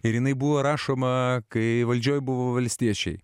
ir jinai buvo rašoma kai valdžioje buvo valstiečiai